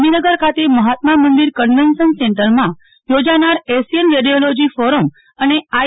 ગાંધીનગર ખાતે મહાત્મા મંદિર કન્વેન્શન સેન્ટરમાં યોજાનાર એશિયન રેડિયોલોજી ફોર મ અને આઈ